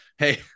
Hey